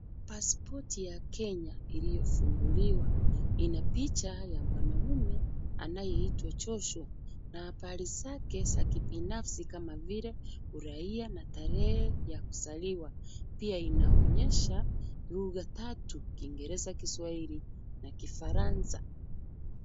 Pasipoti ya Kenya iliyofunguliwa, ina picha la mwanaume anayeitwa Joshua na habari zake za kibanafsi kama vile uraia na tarehe ya kuzaliwa. Pia inaonyesha lugha tatu Kingereza, Kiswahili na Kifaransa.